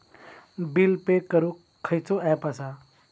Bill pay करूक खैचो app असा?